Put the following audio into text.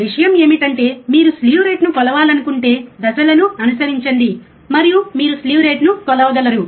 కానీ విషయం ఏమిటంటే మీరు స్లీవ్ రేటును కొలవాలనుకుంటే దశలను అనుసరించండి మరియు మీరు స్లీవ్ రేటును కొలవగలరు